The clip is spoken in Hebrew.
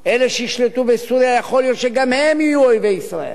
אלה שישלטו בסוריה, גם הם יהיו אויבי ישראל,